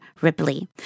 Ripley